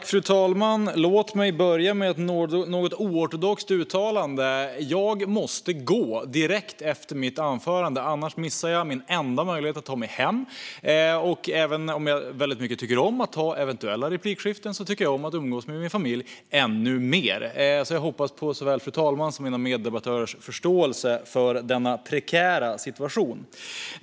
Fru talman! Låt mig börja med ett något oortodoxt uttalande: Jag måste gå direkt efter mitt anförande. Annars missar jag min enda möjlighet att ta mig hem. Även om jag tycker väldigt mycket om eventuella replikskiften tycker jag ännu mer om att umgås med min familj. Jag hoppas på såväl fru talmannens som mina meddebattörers förståelse för denna prekära situation.